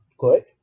good